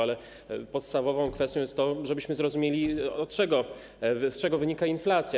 Ale podstawową kwestią jest to, żebyśmy zrozumieli, z czego wynika inflacja.